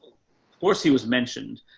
course he was mentioned,